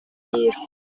yishwe